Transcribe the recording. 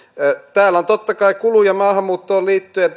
täällä on totta kai maahanmuuttoon liittyen